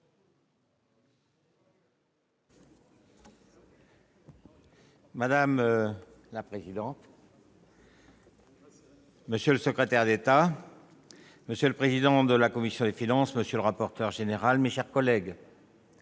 Madame la présidente, monsieur le secrétaire d'État, monsieur le président de la commission des finances, monsieur le rapporteur général, mes chers collègues,